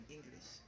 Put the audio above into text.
English